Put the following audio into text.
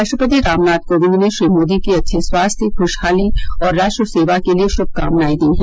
राष्ट्रपति रामनाथ कोविंद ने श्री मोदी के अच्छे स्वास्थ्य खुशहाली और राष्ट्र सेवा के लिए श्मकामनाएं दी हैं